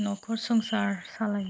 नखर संसार सालायो